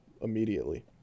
immediately